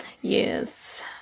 Yes